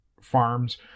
farms